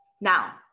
Now